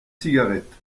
cigarette